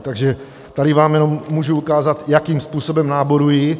Takže tady vám jenom můžu ukázat, jakým způsobem náborují.